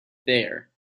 there